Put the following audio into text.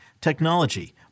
technology